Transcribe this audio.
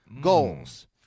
goals –